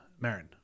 Marin